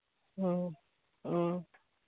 ꯎꯝ ꯎꯝ